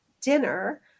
dinner